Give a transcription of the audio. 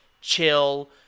chill